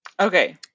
Okay